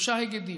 שלושה היגדים: